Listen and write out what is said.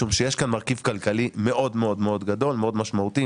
משום שיש כאן מרכיב כלכלי מאוד מאוד גדול ומאוד משמעותי.